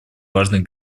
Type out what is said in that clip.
важной